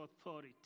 authority